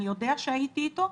אני יודע שהייתי איתו.